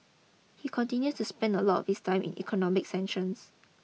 he continues to spend a lot of his time on economic sanctions